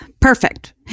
Perfect